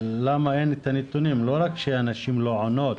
למה אין את הנתונים, לא רק שנשים לא עונות.